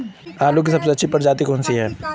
आलू की सबसे अच्छी प्रजाति कौन सी है?